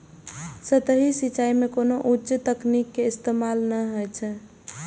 सतही सिंचाइ मे कोनो उच्च तकनीक के इस्तेमाल नै होइ छै